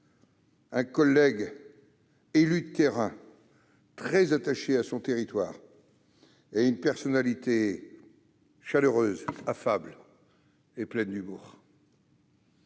aussi d'un élu de terrain très attaché à son territoire et d'une personnalité chaleureuse, affable et pleine d'humour.